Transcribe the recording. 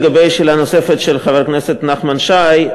לגבי השאלה הנוספת של חבר הכנסת נחמן שי,